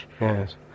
Yes